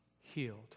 healed